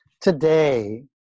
today